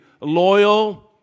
loyal